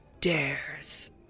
dares